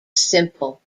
simple